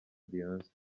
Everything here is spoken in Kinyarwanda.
beyonce